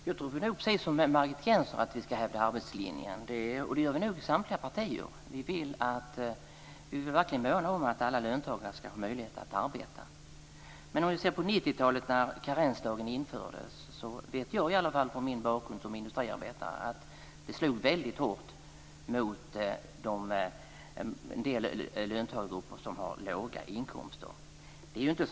Fru talman! Jag tror precis som Margit Gennser att vi ska hävda arbetslinjen. Det gör vi nog i samtliga partier. Vi vill verkligen måna om att alla löntagare ska ha möjlighet att arbeta. Men vi kan se på 90-talet, när karensdagen infördes. I och med min bakgrund som industriarbetare vet jag i alla fall att det slog väldigt hårt mot en del löntagargrupper med låga inkomster.